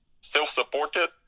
Self-supported